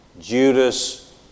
Judas